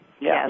Yes